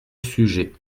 sujet